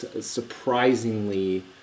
surprisingly